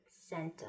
center